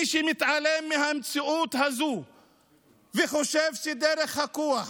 מי שמתעלם מהמציאות הזו וחושב שדרך הכוח